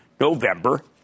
November